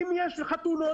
אם יש חתונות,